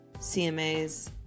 CMAs